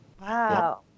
Wow